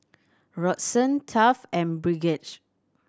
Roxann Taft and Bridgette